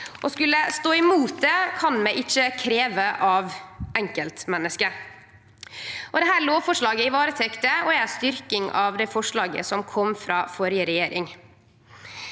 skulle stå imot det kan vi ikkje krevje av enkeltmenneske. Dette lovforslaget varetek det og er ei styrking av det forslaget som kom frå førre regjering.